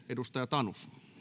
edustaja tanus